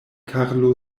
karlo